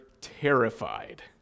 terrified